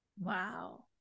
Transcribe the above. Wow